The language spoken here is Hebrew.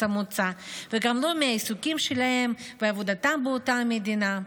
המוצא וגם לא מהעיסוקים שלהם ועבודתם באותה מדינה.